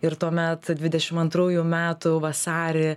ir tuomet dvidešim antrųjų metų vasarį